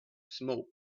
smoke